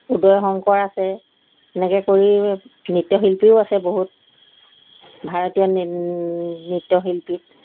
উদয় শংকৰ আছে এনেকৈ কৰি নৃত্যশিল্পীও আছে বহুত ভাৰতীয় নৃ নৃত্যশিল্পীত